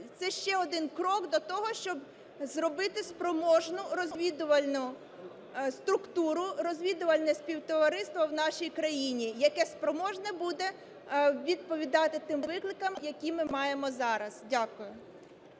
це ще один крок до того, щоб зробити спроможну розвідувальну структуру, розвідувальне співтовариство в нашій країні, яке спроможне буде відповідати тим викликам, які ми маємо зараз. Дякую.